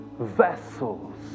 Vessels